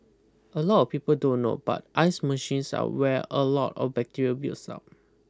a lot people don't know but ice machines are where a lot of bacteria builds up